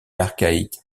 archaïque